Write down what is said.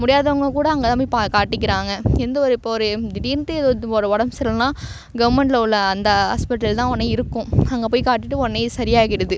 முடியாதவங்க கூட அங்கே தான் போய் பா காட்டிக்கிறாங்க எந்த ஒரு இப்போ ஒரு திடீர்னுட்டு இப்போ ஒரு உடம்பு சரியில்லைனா கவர்மெண்ட்டில் உள்ள அந்த ஹாஸ்பிட்டல் தான் உடனே இருக்கும் அங்கே போய் காட்டிட்டு இது உடனே சரி ஆகிடுது